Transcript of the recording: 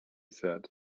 said